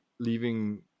leaving